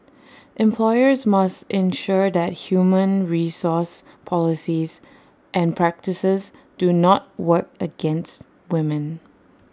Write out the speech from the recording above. employers must ensure that human resource policies and practices do not work against women